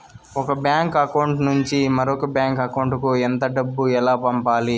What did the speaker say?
ఒక bank account నుంచి మరొక బ్యాంకు అకౌంట్ కు ఎంత డబ్బు ఎలా పంపాలి